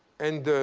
and